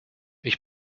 ich